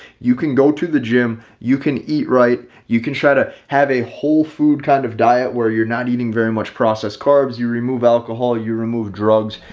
you can go to the gym, you can eat right, you can try to have a whole food kind of diet where you're not eating very much processed carbs, you remove alcohol, you remove drugs,